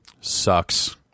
sucks